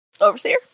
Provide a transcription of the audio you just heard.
Overseer